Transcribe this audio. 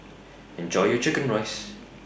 Enjoy your Chicken Rice